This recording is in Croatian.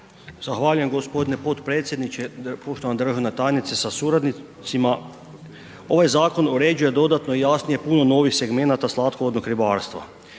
Zahvaljujem gospodine potpredsjedniče, poštovana državna tajnice sa suradnicima. Ovaj Zakon uređuje dodatno jasnije puno novih segmenata slatkovodnog ribarstva.